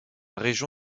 région